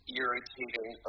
irritating